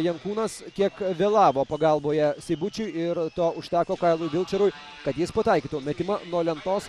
jankūnas kiek vėlavo pagalboje seibučiui ir to užteko kailui vilčerui kad jis pataikytų metimą nuo lentos